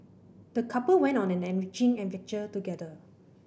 the couple went on an enriching adventure together